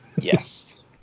Yes